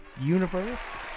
universe